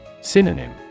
Synonym